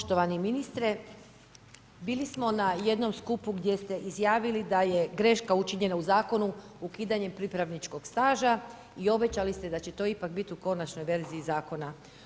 Poštovani ministre, bili smo na jednom skupu gdje ste izjavili da je greška učinjena u zakonu ukidanjem pripravničkog staža i obećali ste da će to ipak bit u konačnoj verziji zakona.